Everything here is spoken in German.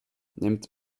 nimmt